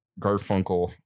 Garfunkel